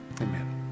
Amen